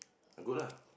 I go lah